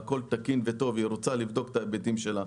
והיא רוצה לבדוק את ההיבטים שלה,